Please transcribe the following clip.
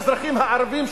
האזרחים הערבים,